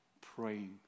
praying